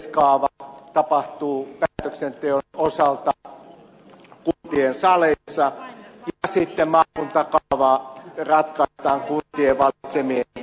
asemakaava yleiskaava ratkaistaan päätöksenteon osalta kuntien saleissa ja sitten maakuntakaava ratkaistaan kuntien valitsemien toimijoiden kautta ja heidän tekemänään maakuntaliitoissa